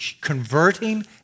converting